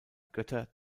götter